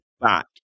back